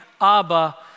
Abba